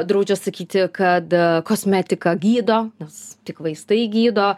draudžia sakyti kad kosmetika gydo nes tik vaistai gydo